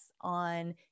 on